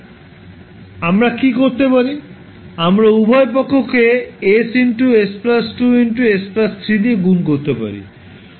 সুতরাং আমরা কী করতে পারি আমরা উভয় পক্ষকে s s 2 s 3 দিয়ে গুণ করতে পারি